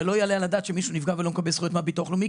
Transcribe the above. ולא יעלה על הדעת שמישהו נפגע ולא מקבל זכויות מהביטוח הלאומי,